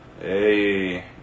Hey